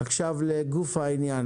עכשיו לגוף העניין,